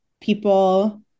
people